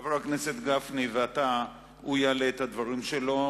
חבר הכנסת גפני יעלה את הדברים שלו.